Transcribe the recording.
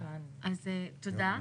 אז תודה.